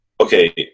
okay